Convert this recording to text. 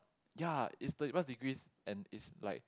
ya it's thirty plus degrees and it's like